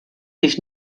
dich